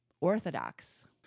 orthodox